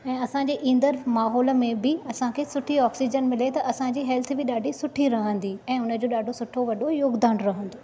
ऐ असांजे ईंदड़ु माहौल में बि असांखे सुठी ऑक्सिज़न मिले त असांजी हेल्थ बि ॾाढी सुठी रहंदी ऐ हुन जो ॾाढो सुठो वॾो योगदानु रहंदो